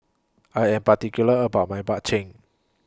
I Am particular about My Bak Chang